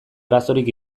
arazorik